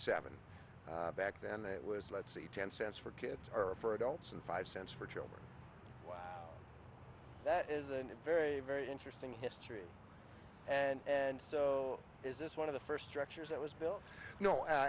seven back then it was let's see ten cents for kids are for adults and five cents for children that isn't a very very interesting history and and so is this one of the first structures that was built no